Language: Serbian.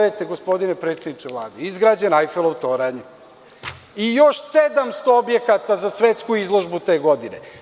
Godine 1889, gospodine predsedniče Vlade, izgrađen je Ajfelov toranj i još 700 objekata za svetsku izložbu te godine.